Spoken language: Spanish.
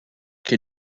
que